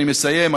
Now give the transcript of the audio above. אני מסיים,